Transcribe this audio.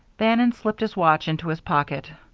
bannon slipped his watch into his pocket.